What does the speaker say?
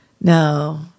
No